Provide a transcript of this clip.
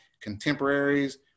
contemporaries